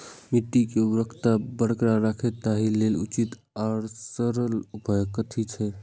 मिट्टी के उर्वरकता बरकरार रहे ताहि लेल उचित आर सरल उपाय कथी छे?